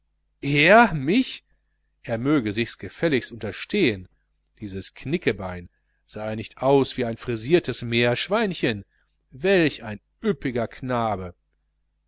er mich er möge sichs gefälligst unterstehen dieses knickebein sah er nicht aus wie ein frisiertes meerschweinchen welch ein üppiger knabe